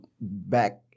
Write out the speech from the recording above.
back